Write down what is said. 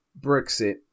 Brexit